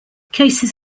cases